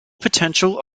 potential